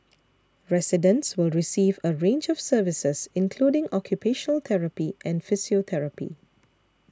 residents will receive a range of services including occupational therapy and physiotherapy